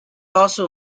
also